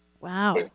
Wow